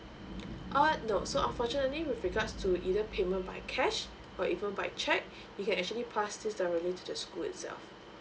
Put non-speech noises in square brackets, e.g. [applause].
uh no so unfortunately with regards to either payment by cash or even by check [breath] you can actually pass this directly to the school itself